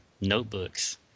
notebooks